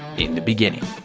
in the beginning,